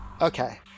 Okay